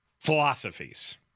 philosophies